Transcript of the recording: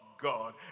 God